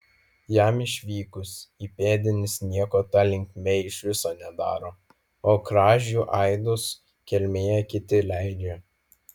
jam išvykus įpėdinis nieko ta linkme iš viso nedaro o kražių aidus kelmėje kiti leidžia